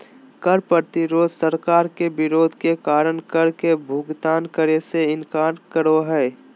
कर प्रतिरोध सरकार के विरोध के कारण कर के भुगतान करे से इनकार करो हइ